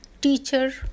teacher